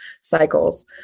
cycles